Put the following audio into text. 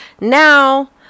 now